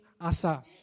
Asa